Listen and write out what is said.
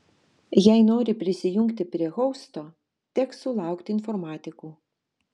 jei nori prisijungti prie hosto teks sulaukti informatikų